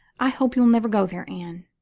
i hope you'll never go there, anne.